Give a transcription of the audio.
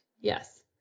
Yes